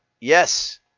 yes